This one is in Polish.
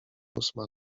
ósma